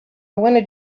wanted